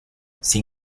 sin